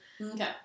Okay